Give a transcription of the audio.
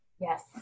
Yes